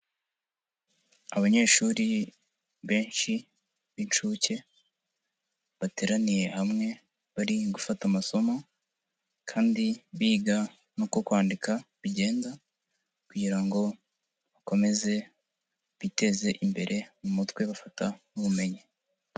Abanyeshuri benshi b'incuke bateraniye hamwe, bari gufata amasomo, kandi biga n'uko kwandika bigenda, kugira ngo bakomeze biteze imbere mu mutwe bafata n'ubumenyi.